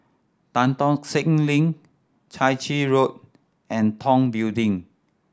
Tan Tock Seng Link Chai Chee Road and Tong Building